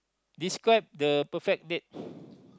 describe the perfect date